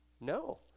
No